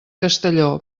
castelló